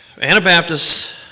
Anabaptists